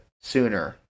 sooner